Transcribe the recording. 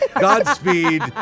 Godspeed